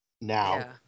now